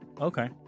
Okay